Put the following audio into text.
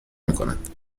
میکند